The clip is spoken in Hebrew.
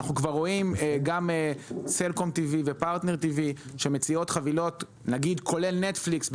אנחנו כבר רואים גם סלקום T.V ופרטנר T.V כולל נטפליקס,